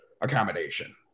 accommodation